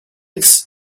had